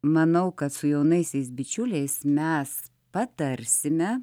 manau kad su jaunaisiais bičiuliais mes patarsime